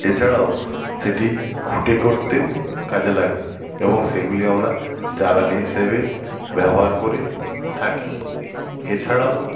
এছাড়াও সেটি ঘুঁটে করতেও কাজে লাগে এবং সেগুলি আমরা জ্বালানি হিসেবে ব্যবহার করে থাকি এছাড়াও